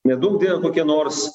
neduok dieve kokie nors